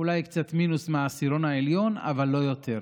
אולי קצת מינוס מהעשירון העליון, אבל לא יותר.